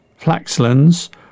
Flaxlands